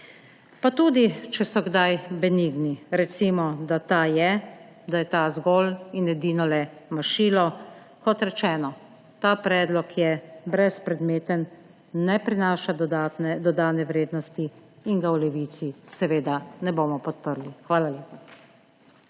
pa tudi če so kdaj benigni. Recimo, da ta je, da je ta zgolj in edinole mašilo. Kot rečeno, ta predlog je brezpredmeten, ne prinaša dodane vrednosti in ga v Levici seveda ne bomo podprli. Hvala lepa.